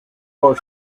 where